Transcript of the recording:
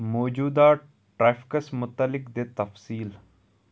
موجوٗدہ traffics مُتعلق دِ تفصیٖل